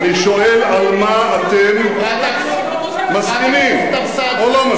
אני שואל על מה אתם מסכימים, חברת הכנסת אבסדזה.